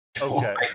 Okay